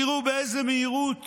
תראו באיזו מהירות